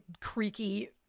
creaky